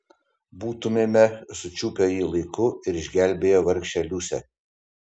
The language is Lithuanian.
būtumėme sučiupę jį laiku ir išgelbėję vargšę liusę